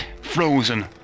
frozen